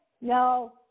No